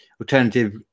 Alternative